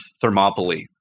Thermopylae